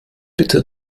bitte